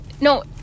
no